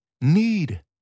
need